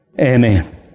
Amen